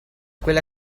quella